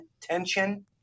tension